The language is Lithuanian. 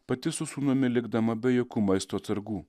pati su sūnumi likdama be jokių maisto atsargų